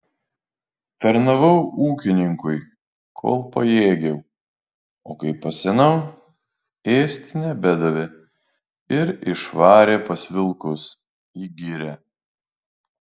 tarnavau ūkininkui kol pajėgiau o kai pasenau ėsti nebedavė ir išvarė pas vilkus į girią